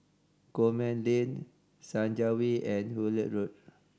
Coleman Lane Senja Way and Hullet Road